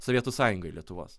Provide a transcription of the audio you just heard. sovietų sąjungai lietuvos